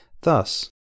Thus